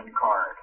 card